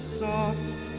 soft